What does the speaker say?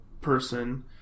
person